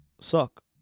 suck